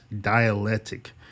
dialectic